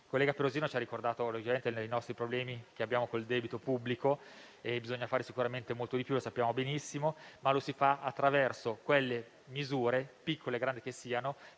Il collega Perosino ci ha ricordato i problemi con il debito pubblico: bisogna fare sicuramente molto di più, lo sappiamo benissimo, ma lo si fa attraverso quelle misure, piccole o grandi che siano,